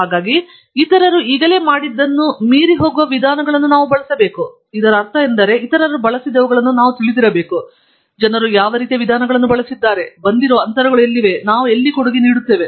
ಹಾಗಾಗಿ ಇತರರು ಈಗಲೇ ಮಾಡಿದ್ದನ್ನು ಮೀರಿ ಹೋಗುವ ವಿಧಾನಗಳನ್ನು ನಾವು ಬಳಸಬೇಕು ಇದರ ಅರ್ಥವೇನೆಂದರೆ ಇತರರು ಬಳಸಿದವುಗಳನ್ನು ನಾವು ತಿಳಿದಿರಬೇಕು ಜನರು ಯಾವ ರೀತಿಯ ವಿಧಾನಗಳನ್ನು ಬಳಸಿದ್ದಾರೆ ಬಂದಿರುವ ಅಂತರಗಳು ಎಲ್ಲಿವೆ ಮತ್ತು ನಾವು ಎಲ್ಲಿ ಕೊಡುಗೆ ನೀಡುತ್ತೇವೆ